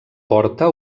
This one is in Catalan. porta